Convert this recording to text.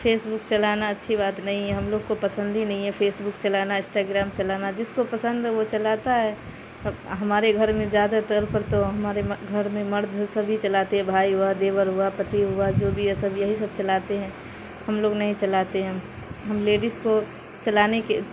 face بک چلانا اچھی بات نہیں ہے ہم لوگ کو پسند ہی نہیں ہے فیس بک چلانا انسٹا گرام چلانا جس کو پسند ہے وہ چلاتا ہے اب ہمارے گھر میں زیادہ تر پر تو ہمارے گھر میں مرد سبھی چلاتے بھائی ہوا دیور ہوا پتی ہوا جو بھی ہے سب یہی سب چلاتے ہیں ہم لوگ نہیں چلاتے ہیں ہم لیڈیس کو چلانے کے